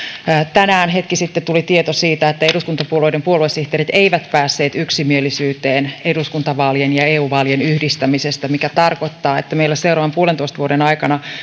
tänään hetki sitten tuli tieto siitä että eduskuntapuolueiden puoluesihteerit eivät päässeet yksimielisyyteen eduskuntavaalien ja eu vaalien yhdistämisestä mikä tarkoittaa että meillä seuraavan yhden pilkku viiden vuoden aikana